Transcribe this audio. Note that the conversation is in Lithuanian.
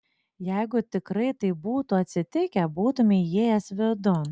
jeigu tikrai taip būtų atsitikę būtumei įėjęs vidun